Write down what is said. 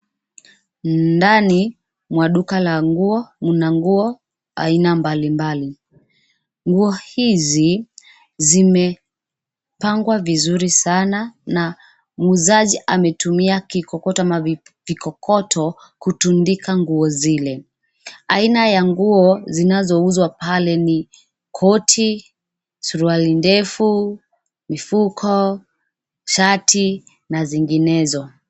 Ndani mwa duka la nguo. Mna nguo aina mbalimbali. Nguo hizi zimepangwa vizuri sana na muuzaji ametumia kikokoto ama vikokoto, kutundika nguo zile, aina ya nguo zinazouzwa pale ni koti, suruari ndefu, mifuko, shati na zinginezo.